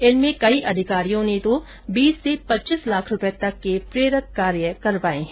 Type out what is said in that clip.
इनमें कई अधिकारियों ने तो बीस से पच्चीस लाख रुपए तक के प्रेरक कार्य करवाए हैं